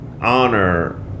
honor